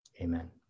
Amen